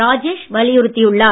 ராஜேஷ் வலியுறுத்தியுள்ளார்